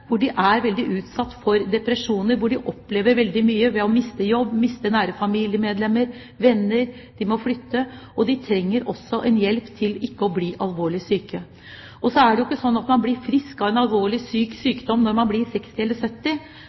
hvor de ofte er utsatt for depresjoner, og de opplever veldig mye, f.eks. det å miste jobb, nære familiemedlemmer og venner, og de må flytte. De trenger også hjelp for ikke å bli alvorlig syke. Så er det jo ikke sånn at man blir frisk av en alvorlig psykisk sykdom når man blir 60 eller 70